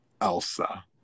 Elsa